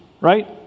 right